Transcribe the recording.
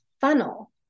funnel